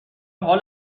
حال